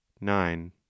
nine